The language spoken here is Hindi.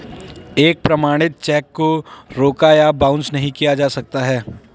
एक प्रमाणित चेक को रोका या बाउंस नहीं किया जा सकता है